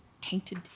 tainted